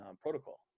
protocol